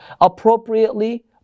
appropriately